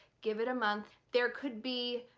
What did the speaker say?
give it a month. there could be